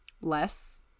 less